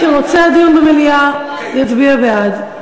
מי שרוצה דיון במליאה, יצביע בעד.